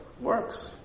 works